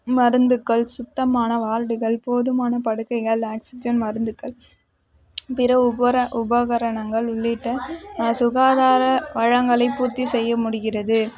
மருந்துக்கள் சுத்தமான வார்டுகள் போதுமான படுக்கைகள் ஆக்சிஜன் மருந்துக்கள் பிற உபகரணங்கள் உள்ளிட்ட சுகாதார வளங்களை பூர்த்தி செய்ய முடிகிறது